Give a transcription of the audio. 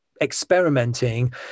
experimenting